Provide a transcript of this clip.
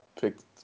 picked